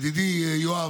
ידידי יואב,